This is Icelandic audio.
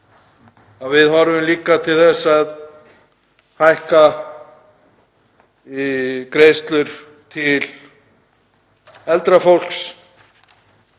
við horfum líka til þess að hækka greiðslur til eldra fólks